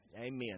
Amen